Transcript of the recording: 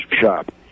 shop